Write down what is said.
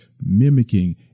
mimicking